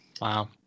Wow